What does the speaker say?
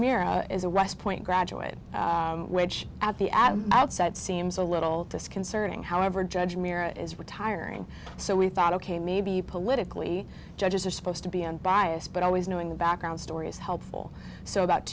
mira is a west point graduate which at the atom outside seems a little disconcerting however judge mira is retiring so we thought ok maybe politically judges are supposed to be unbiased but always knowing the background story is helpful so about